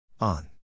on